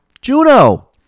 Juno